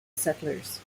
settlers